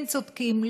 כן צודקים,